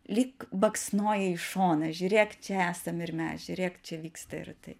lyg baksnoja į šoną žiūrėk čia esam ir mes žiūrėk čia vyksta ir tai